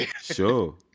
Sure